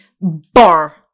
Bar